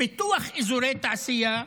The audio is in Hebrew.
פיתוח אזורי תעשייה,